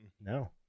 No